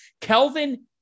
Kelvin